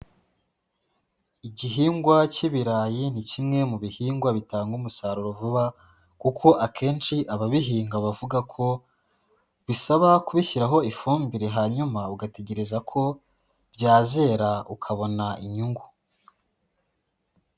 Igihingwa cy'ibirayi ni kimwe mu bihingwa bitanga umusaruro vuba kuko akenshi ababihinga bavuga ko bisaba kubishyiraho ifumbire hanyuma ugategereza ko byazera ukabona inyungu.